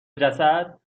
جسد